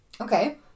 Okay